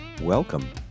Welcome